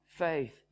faith